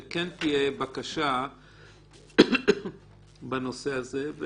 שכן תהיה בקשה בנושא הזה.